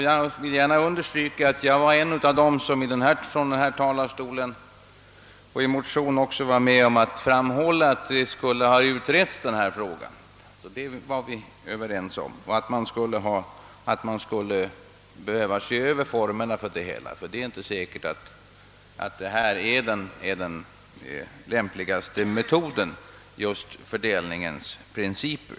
Jag vill gärna understryka att jag var en av dem som i motioner och genom anföranden här i talarstolen framhöll att frågan borde ha utretts och att man borde se över formerna, eftersom det inte är säkert att just den fördelningsprincip som nu används är den lämpligaste.